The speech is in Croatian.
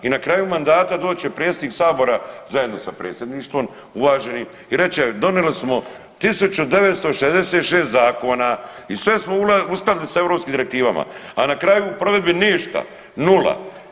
I na kraju mandata doće predsjednik sabora zajedno sa predsjedništvo uvaženim i reće donili smo 1966 zakona i sve smo uskladili sa europskim direktivama, a na kraju provedbe ništa, nula.